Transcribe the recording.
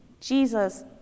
Jesus